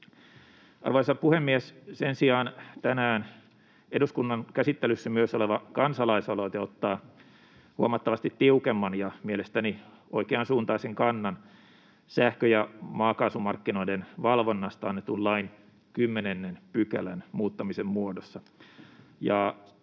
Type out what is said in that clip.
Arvoisa puhemies! Sen sijaan tänään eduskunnan käsittelyssä myös oleva kansalaisaloite ottaa huomattavasti tiukemman ja mielestäni oikeansuuntaisen kannan sähkö‑ ja maakaasumarkkinoiden valvonnasta annetun lain 10 §:n muuttamisen muodossa.